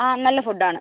ആ നല്ല ഫുഡ്ഡാണ്